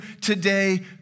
today